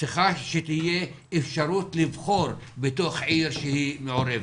צריכה שתהיה אפשרות לבחור בתוך עיר שהיא מעורבת.